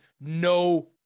no